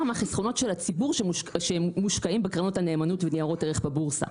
מהחסכונות של הציבור שמושקעים בקרנות הנאמנות וניירות ערך בבורסה.